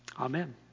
Amen